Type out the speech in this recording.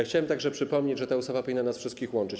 Chciałem także przypomnieć, że ta ustawa powinna nas wszystkich łączyć.